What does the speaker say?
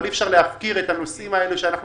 אבל אי אפשר להפקיר את הנושאים האלה שאנחנו